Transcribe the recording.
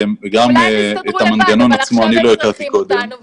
אולי תצטרכו לבד אבל עכשיו הם צריכים אותנו.